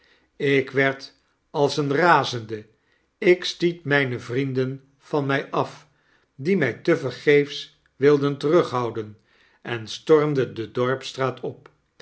ik werd als een razende ik stiet myne vrienden van mij af die my tevergeefs wildenterughouden en stormde de dorpsstraat op